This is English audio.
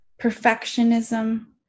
perfectionism